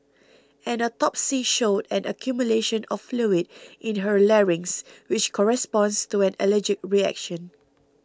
an autopsy showed an accumulation of fluid in her larynx which corresponds to an allergic reaction